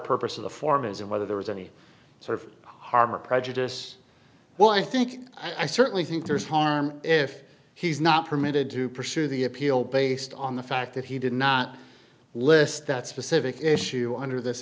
purpose of the form is and whether there is any sort of harm or prejudice well i think i certainly think there's harm if he's not permitted to pursue the appeal based on the fact that he did not list that specific issue under this